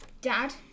dad